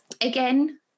Again